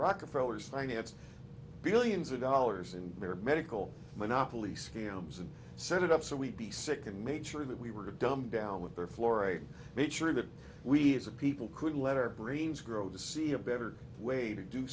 rockefeller's financed billions of dollars in their medical monopoly scams and set it up so we'd be sick and made sure that we were to dumb down with their flora and make sure that we as a people could let her brains grow to see a better way to do